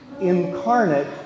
incarnate